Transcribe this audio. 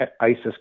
ISIS